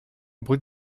brut